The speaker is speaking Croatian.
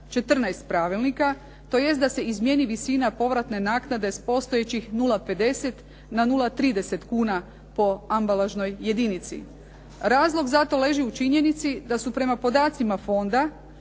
14 pravilnika, tj. da se izmjeni visina povratne naknade sa postojećih 0,50 na 0,30 kuna po ambalažnoj jedinici. Razlog zato leži u činjenici da su prema podacima fonda